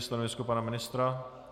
Stanovisko pana ministra?